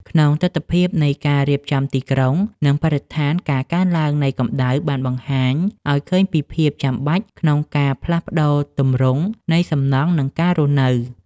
ក្នុងទិដ្ឋភាពនៃការរៀបចំទីក្រុង និងបរិស្ថាន ការកើនឡើងនៃកម្ដៅបានបង្ហាញឱ្យឃើញពីភាពចាំបាច់ក្នុងការផ្លាស់ប្តូរទម្រង់នៃសំណង់ និងការរស់នៅ។